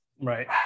Right